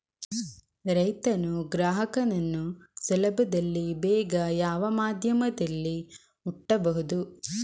ರೈತನು ಗ್ರಾಹಕನನ್ನು ಸುಲಭದಲ್ಲಿ ಬೇಗ ಯಾವ ಮಾಧ್ಯಮದಲ್ಲಿ ಮುಟ್ಟಬಹುದು?